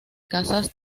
casas